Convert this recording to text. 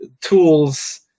tools